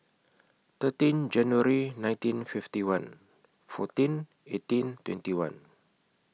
thirteen January nineteen fifty one fourteen eighteen twenty one